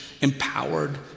empowered